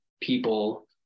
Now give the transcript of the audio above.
people